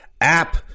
app